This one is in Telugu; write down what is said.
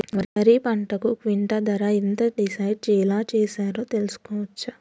వరి పంటకు క్వింటా ధర ఎంత డిసైడ్ ఎలా చేశారు తెలుసుకోవచ్చా?